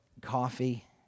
coffee